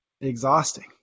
exhausting